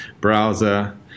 browser